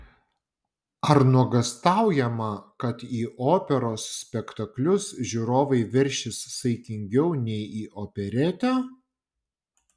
ar nuogąstaujama kad į operos spektaklius žiūrovai veršis saikingiau nei į operetę